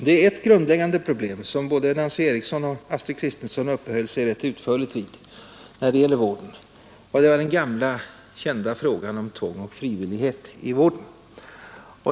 Det är ett grundläggande problem som både Nancy Eriksson och Astrid Kristensson uppehöll sig rätt utförligt vid när det gäller vården, och det är den gamla kända frågan om tvång och frivillighet i vården.